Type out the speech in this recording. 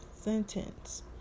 sentence